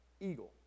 eagle